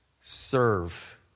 serve